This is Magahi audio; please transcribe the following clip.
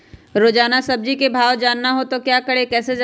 रोजाना सब्जी का भाव जानना हो तो क्या करें कैसे जाने?